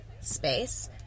space